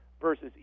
versus